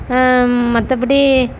மற்றபடி